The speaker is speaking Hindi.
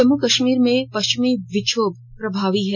जम्मू कश्मीर में पश्चिमी विक्षोभ प्रभावी है